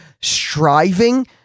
Striving